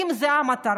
אם זו המטרה,